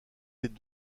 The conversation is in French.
des